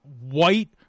white